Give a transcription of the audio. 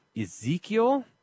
Ezekiel